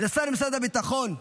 לשר במשרד הביטחון,